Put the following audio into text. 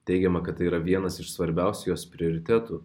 teigiama kad tai yra vienas iš svarbiausių jos prioritetų